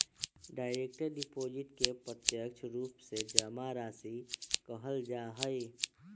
direct deposit के प्रत्यक्ष रूप से जमा राशि कहल जा हई